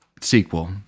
sequel